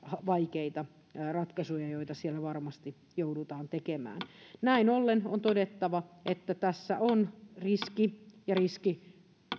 vaikeita ratkaisuja joita siellä varmasti joudutaan tekemään näin ollen on todettava että tässä on riski